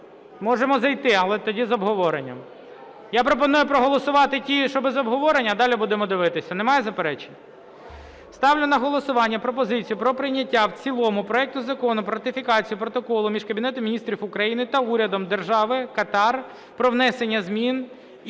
Можемо зайти, але тоді з обговоренням. Я пропоную проголосувати ті, що без обговорення, а далі будемо дивитися. Немає заперечень? Ставлю на голосування пропозицію про прийняття в цілому проекту Закону про ратифікацію Протоколу між Кабінетом Міністрів України та Урядом Держави Катар про внесення змін і